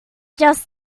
just